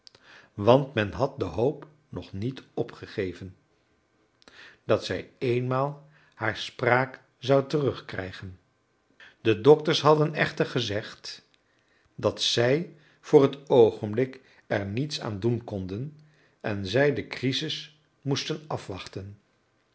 want men had de hoop nog niet opgegeven dat zij eenmaal haar spraak zou terugkrijgen de dokters hadden echter gezegd dat zij voor het oogenblik er niets aan doen konden en zij de krisis moesten afwachten